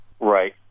Right